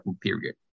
period